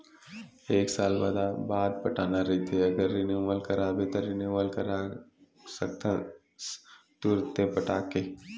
एक साल बाद पटाना रहिथे अगर रिनवल कराबे त रिनवल करा सकथस तुंरते पटाके